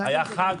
היה חג,